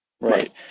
Right